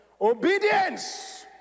Obedience